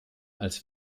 als